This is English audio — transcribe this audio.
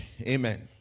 Amen